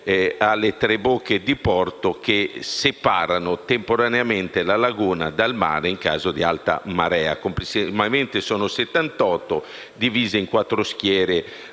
alle tre bocche di porto, che separano temporaneamente la laguna dal mare in caso di alta marea. Complessivamente, 78 paratoie divise in 4 schiere: